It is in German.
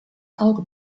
auge